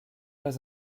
pas